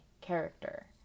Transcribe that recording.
character